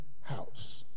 house